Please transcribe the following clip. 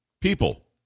People